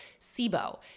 SIBO